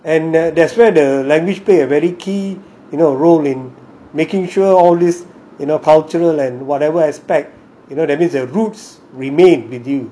and that's where the language play a very key you know roll in making sure all this you know cultural and whatever aspect you know that means the roots remain with you